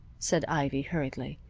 said ivy, hurriedly.